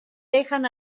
dejan